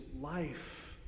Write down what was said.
life